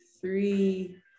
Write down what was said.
three